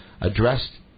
addressed